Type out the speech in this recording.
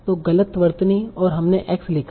तो गलत वर्तनी और हमने x लिखा